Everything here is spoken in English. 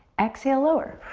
exhale, lower.